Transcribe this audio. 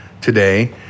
today